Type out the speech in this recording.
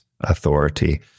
authority